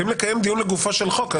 אנחנו רוצים לקיים דיון לגופו של חוק.